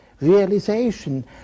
Realization